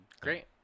great